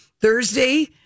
Thursday